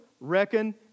reckon